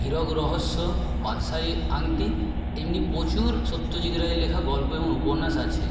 হীরক রহস্য বাদশাহী আংটি এমনি প্রচুর সত্যজিৎ রায়ের লেখা গল্প এবং উপন্যাস আছে